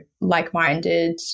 like-minded